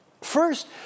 First